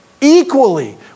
equally